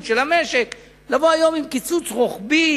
של המשק לבוא היום עם קיצוץ רוחבי,